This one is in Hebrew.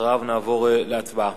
אחריו נעבור להצבעה.